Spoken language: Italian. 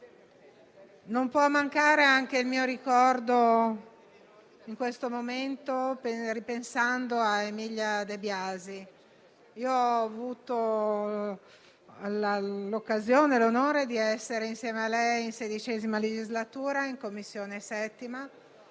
non può mancare anche il mio ricordo in questo momento ripensando a Emilia De Biasi. Ho avuto l'occasione e l'onore di essere insieme a lei in XVI legislatura in 7ª Commissione,